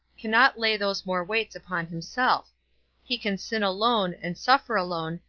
cannot lay those more weights upon himself he can sin alone, and suffer alone,